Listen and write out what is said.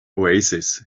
oasis